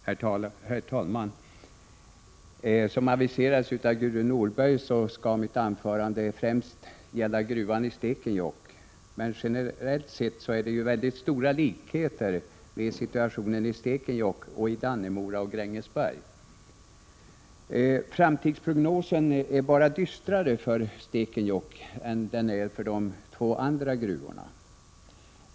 Herr talman! Som aviserades av Gudrun Norberg skall mitt anförande främst gälla gruvan i Stekenjokk, men generellt sett finns det stora likheter mellan situationen i Stekenjokk och situationen i Dannemora och Grängesberg. Framtidsprognosen är bara dystrare för Stekenjokk än den är för de två andra gruvorna.